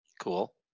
cool